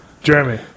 Jeremy